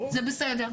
זה בסדר.